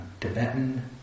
Tibetan